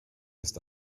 ist